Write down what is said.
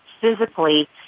physically